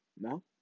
No